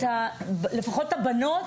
לפחות את הבנות,